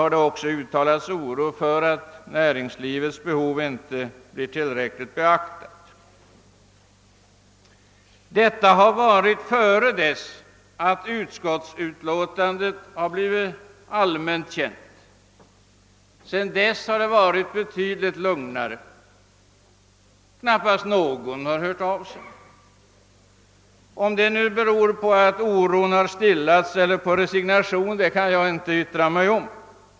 Man har också uttalat oro för att näringslivets behov inte blir tillräckligt beaktat. Men dessa bekymmer har yppats innan utskottets utlåtande blivit allmänt känt. Därefter har det varit betydligt lugnare. Knappast någon har hört av sig sedan dess. Om detta beror på att oron har stillats eller på att man resignerat kan jag inte uttala mig.